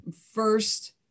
first